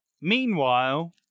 meanwhile